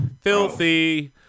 Filthy